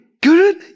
good